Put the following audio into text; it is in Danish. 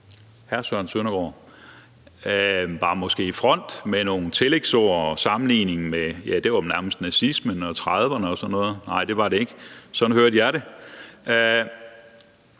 Hr. Søren Søndergaard var måske i front med nogle tillægsord og sammenligningen med nærmest nazismen og 1930'erne, nej, det var det ikke, men sådan hørte jeg det.